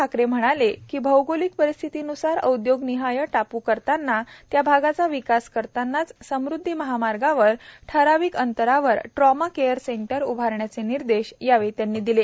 ठाकरे यावेळी म्हणाले की औगोलिक परिस्थितीन्सार उद्योगनिहाय टापू करतानाच त्या भागाचा विकास करतानाच समुद्वी महामार्गावर ठराविक अंतरावर ट्रॉमा केअर सेंटर उभारण्याचे निर्देश यावेळी म्ख्यमंत्र्यांनी दिले